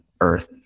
earth